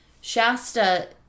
Shasta